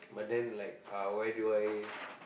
but then like uh where do I